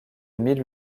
mille